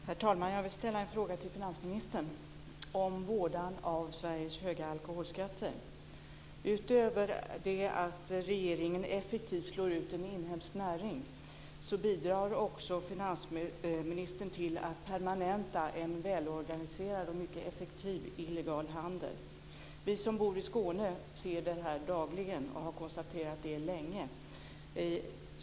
Herr talman! Jag vill ställa en fråga till finansministern om vådan av Sveriges höga alkoholskatter. Utöver det faktum att regeringen effektivt slår ut en inhemsk näring bidrar finansministern också till att permanenta en välorganiserad och mycket effektiv illegal handel. Vi som bor i Skåne ser det här dagligen och har konstaterat det länge.